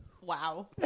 Wow